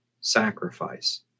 sacrifice